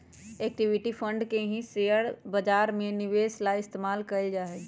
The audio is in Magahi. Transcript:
इक्विटी फंड के ही शेयर बाजार में निवेश ला इस्तेमाल कइल जाहई